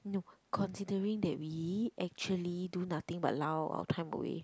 no considering that we actually do nothing but our time away